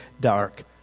dark